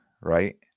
right